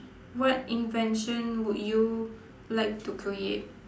what invention would you like to create